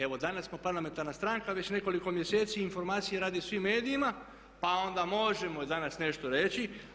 Evo danas smo parlamentarna stranka već nekoliko mjeseci, informacije radi svim medijima, pa onda možemo danas nešto reći.